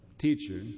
teacher